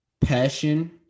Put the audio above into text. passion